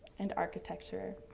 and architecture.